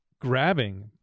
grabbing